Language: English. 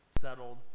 settled